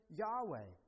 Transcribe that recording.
yahweh